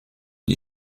die